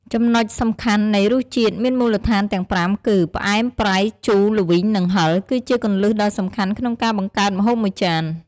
ចំណុចសំខាន់នៃរសជាតិមានមូលដ្ឋានទាំងប្រាំគឺ ផ្អែម ប្រៃ ជូរ ល្វីង និងហឹរ គឺជាគន្លឹះដ៏សំខាន់ក្នុងការបង្កើតម្ហូបមួយចាន។